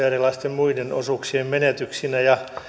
erilaisten muiden osuuksien menetyksinä ja